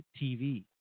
TV